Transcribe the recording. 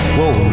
whoa